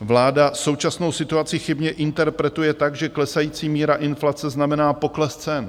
Vláda současnou situaci chybně interpretuje tak, že klesající míra inflace znamená pokles cen.